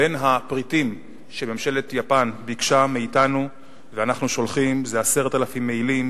בין הפריטים שממשלת יפן ביקשה מאתנו ואנחנו שולחים 10,000 מעילים,